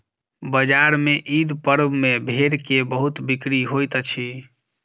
बजार में ईद पर्व में भेड़ के बहुत बिक्री होइत अछि